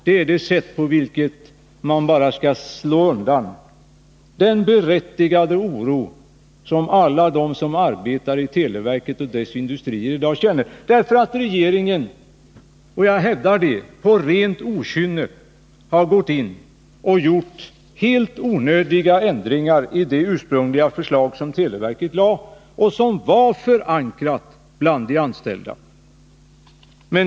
Det är det sätt på vilket man bara slår undan den berättigade oro som alla de som arbetar i televerket och dess industrier i dag känner, därför att regeringen på rent okynne — jag hävdar det — gjort helt onödiga ändringar i det ursprungliga förslag som televerket lade fram och som var förankrat bland de anställda.